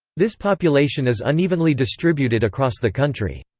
this population is unevenly distributed across the country.